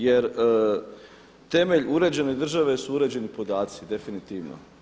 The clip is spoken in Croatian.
Jer temelj uređene države su uređeni podaci definitivno.